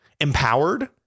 empowered